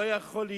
לא יכול להיות